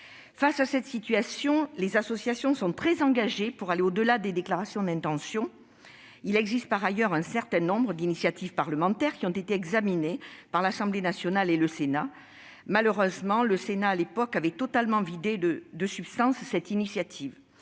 Face à cette situation, les associations sont très engagées pour aller au-delà des déclarations d'intention. Il existe par ailleurs un certain nombre d'initiatives parlementaires qui ont été examinées par l'Assemblée nationale et le Sénat. Malheureusement, le Sénat, à l'époque, avait totalement vidé de sa substance cette initiative.